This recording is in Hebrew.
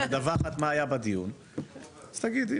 אבל את מדווחת מה היה בדיון אז תגידי,